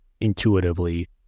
intuitively